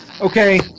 Okay